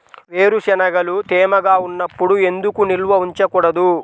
వేరుశనగలు తేమగా ఉన్నప్పుడు ఎందుకు నిల్వ ఉంచకూడదు?